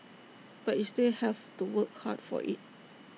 but you still have to work hard for IT